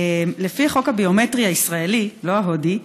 לפי החוק הביומטרי הישראלי, לא ההודי,